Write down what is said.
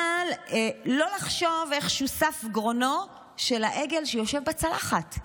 אבל לא לחשוב איך שוסף גרונו של העגל שיושב בצלחת?